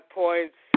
points